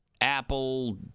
Apple